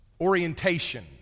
orientation